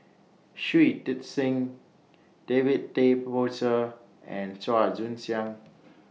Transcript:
Shui Tit Sing David Tay Poey Cher and Chua Joon Siang